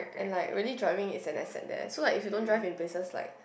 and like really driving is an asset there so like if you don't drive in places like